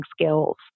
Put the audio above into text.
skills